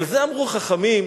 על זה אמרו חכמים: